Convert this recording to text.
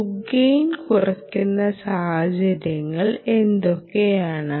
loop gain കുറയ്ക്കുന്ന സാഹചര്യങ്ങൾ എന്തൊക്കെയാണ്